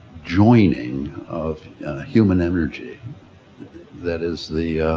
joining of human energy that is the